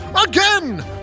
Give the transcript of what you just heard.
Again